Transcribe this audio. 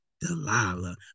Delilah